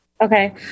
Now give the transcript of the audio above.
okay